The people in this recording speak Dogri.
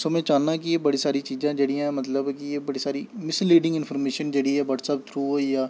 सो में चाह्न्ना ऐं कि एह् बड़ी सारी चीजां जेह्ड़ियां मतलब कि एह् बड़ी सारी मिसलीडिंग इंफर्मेशन जेह्ड़ी ऐ ब्हटसैप थ्रू होई जां